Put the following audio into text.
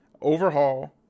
Overhaul